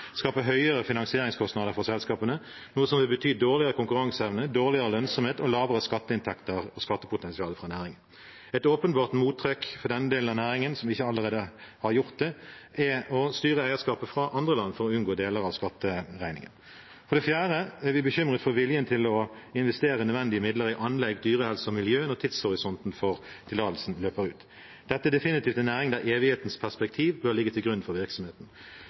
skape høyere finansieringskostnader for selskapene, noe som vil bety dårligere konkurranseevne, dårligere lønnsomhet og lavere skatteinntekter og skattepotensial for næringen. Et åpenbart mottrekk for denne delen av næringen, som ikke allerede har gjort det, er å styre eierskapet fra andre land for å unngå deler av skatteregningen. For det fjerde er vi bekymret for viljen til å investere nødvendige midler i anlegg, dyrehelse og miljø når tidshorisonten for tillatelsen løper ut. Dette er definitivt en næring der evighetens perspektiv bør ligge til grunn for virksomheten.